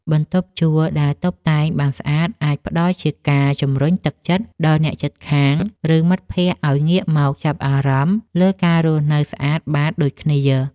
បន្ទប់ជួលដែលតុបតែងបានស្អាត អាចផ្ដល់ជាការជម្រុញទឹកចិត្តដល់អ្នកជិតខាង ឬមិត្តភក្តិឱ្យងាកមកចាប់អារម្មណ៍លើការរស់នៅស្អាតបាតដូចគ្នា។